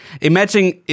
imagine